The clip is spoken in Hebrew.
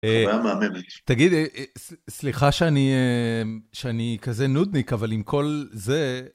חוויה מהממת. תגיד, סליחה שאני כזה נודניק, אבל עם כל זה...